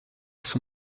son